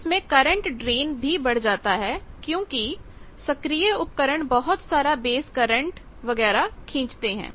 इनमें current drain भी बढ़ जाता है क्योंकि सक्रिय उपकरण बहुत सारा बेस करंट वगैरा खींचते हैं